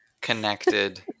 connected